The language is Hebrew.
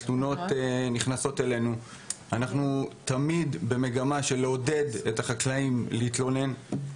התלונות נכנסות אלינו ואנחנו תמיד במגמה של לעודד את החקלאים להתלונן.